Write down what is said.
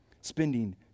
spending